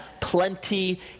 plenty